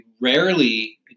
rarely